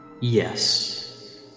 Yes